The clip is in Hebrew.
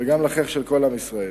וגם לחיך של כל עם ישראל.